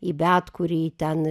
į bet kurį ten